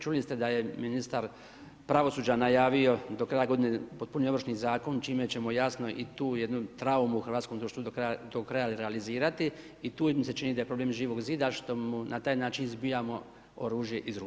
Čuli ste da je ministar pravosuđa najavio do kraja godine potpuni ovršni zakon čime ćemo jasno i tu jednu traumu u hrvatskom društvu do kraja realizirati i tu mi se čini da je problem Živog zida što mu na taj način zbijamo oružje iz ruku.